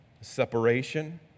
separation